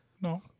No